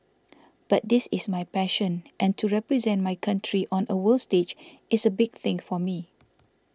but this is my passion and to represent my country on a world stage is a big thing for me